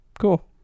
Cool